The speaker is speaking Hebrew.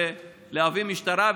להביא משטרה,